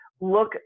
look